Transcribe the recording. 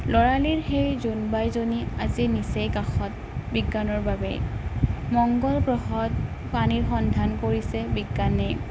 ল'ৰালিৰ সেই জোনবাইজনী আজি নিচেই কাষত বিজ্ঞানৰ বাবে মংগল গ্ৰহত পানীৰ সন্ধান কৰিছে বিজ্ঞানে